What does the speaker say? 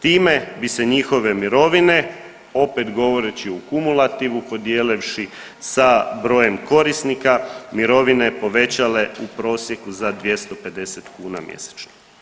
Time bi se njihove mirovine opet govoreći u kumulativu podijelivši sa brojem korisnika mirovine povećale u prosjeku za 250 kuna mjesečno.